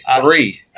three